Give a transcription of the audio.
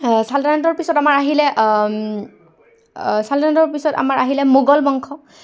ছাল্টানেটৰ পিছত আমাৰ আহিলে ছাল্টানেটৰ পিছত আমাৰ আহিলে মোগল বংশ